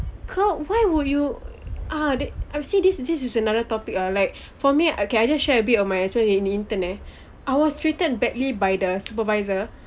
kau why would you uh I've seen this this is another topic err like for me okay I just share a bit of my intern eh I was treated badly by the supervisor